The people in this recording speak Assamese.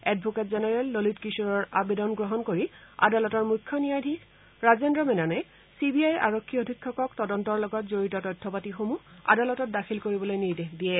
এডভ'কেট জেনেৰেল ললিত কিশোৰৰ আবেদন গ্ৰহণ কৰি আদালতৰ মুখ্য ন্যায়াধীশ ৰাজেন্দ্ৰ মেননে চি বি আইৰ আৰক্ষী অধীক্ষকক তদন্তৰ লগত জড়িত তথ্যপাতিসমূহ আদালতত দাখিল কৰিবলৈ নিৰ্দেশ দিয়ে